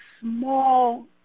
small